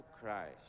Christ